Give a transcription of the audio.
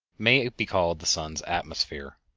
may be called the sun's atmosphere.